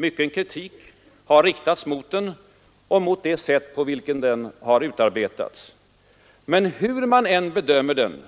Mycken kritik har riktats mot den och mot det sätt på vilket den har utarbetats. Men hur man än bedömer den,